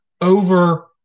over